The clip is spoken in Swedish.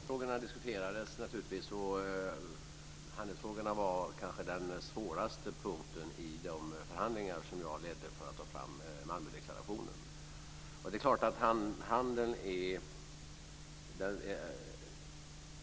Fru talman! Handelsfrågorna diskuterades naturligtvis. De var kanske den svåraste punkten i de förhandlingar som jag ledde för att ta fram Malmödeklarationen. Det är klart att handeln är